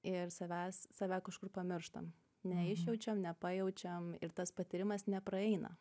ir savęs save kažkur pamirštam neišjaučiam nepajaučiam ir tas patyrimas nepraeina